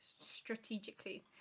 strategically